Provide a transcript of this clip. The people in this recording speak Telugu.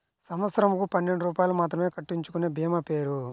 సంవత్సరంకు పన్నెండు రూపాయలు మాత్రమే కట్టించుకొనే భీమా పేరు?